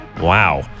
Wow